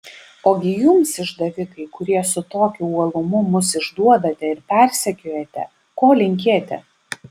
ogi jums išdavikai kurie su tokiu uolumu mus išduodate ir persekiojate ko linkėti